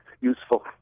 useful